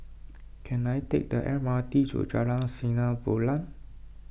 can I take the M R T to Jalan Sinar Bulan